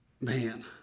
man